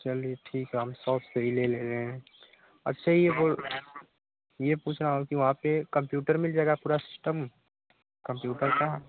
चलिए ठीक है हम साप से ही ले ले रहे हैं अच्छा यह बोल यह पूछ रहा हूँ की वहाँ पर कम्प्यूटर मिल जाएगा पूरा सिस्टम कॉम्प्युटर का